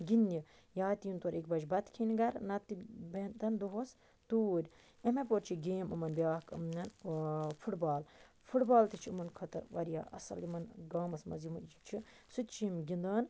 گِنٛدنہِ یا تہِ یِن تورٕ اَکہِ بَجہِ بَتہٕ کھیٚنہِ گَرٕ یا نَتہٕ بہتَن دۄہَس توٗرۍ امہِ اَپور چھِ گیم یِمَن بیاکھ فُٹ بال فُٹ بال تہِ چھ یِمن خٲطرٕ واریاہ اصل یِمَن گامَس مَنٛز یِم چھِ سُہ تہِ چھِ یِم گِندان